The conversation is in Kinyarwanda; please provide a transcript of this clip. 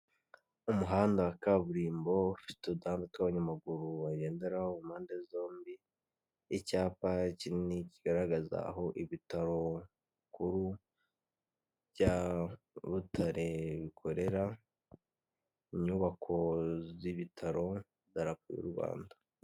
Umuhanda wa kaburimbo ufite udamu tw'abanyamaguru bagenderaho ku mpande zombi, icyapa kinini kigaragaza aho ibitaro bikuru bya butare bikorera, inyubako z'ibitaro n'idarapo ry'u Rwanda.